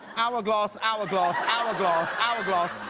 hourglass, hourglass, hourglass, hourglass,